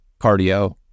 cardio